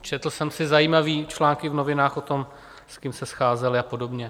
Četl jsem si zajímavé články v novinách o tom, s kým se scházeli a podobně.